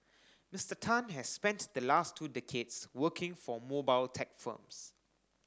Mister Tan has spent the last two decades working for mobile tech firms